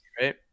right